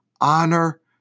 Honor